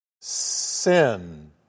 sin